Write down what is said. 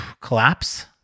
collapse